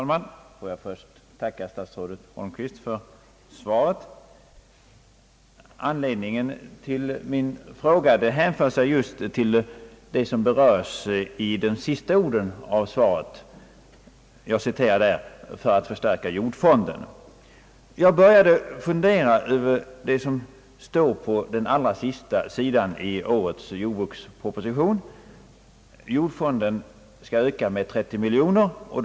Herr talman! Låt mig först tacka statsrådet Holmqvist för svaret. Min fråga hänför sig just till det som berörs i de sista orden i svaret: »för att förstärka jordfonden». Jag började fundera över det som står på den allra sista sidan i årets jordbruksproposition: Jordfonden skall ökas med 30 miljoner kronor.